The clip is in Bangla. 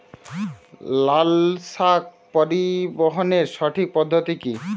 লালশাক পরিবহনের সঠিক পদ্ধতি কি?